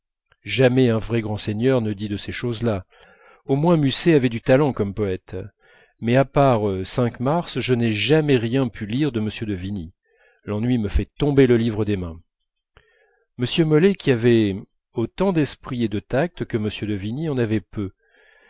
jamais un vrai grand seigneur ne dit de ces choses-là au moins musset avait du talent comme poète mais à part cinq-mars je n'ai jamais rien pu lire de m de vigny l'ennui me fait tomber le livre des mains m molé qui avait autant d'esprit et de tact que m de vigny en avait peu